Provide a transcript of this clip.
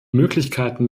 möglichkeiten